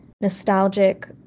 nostalgic